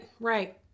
right